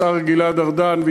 השר גלעד ארדן,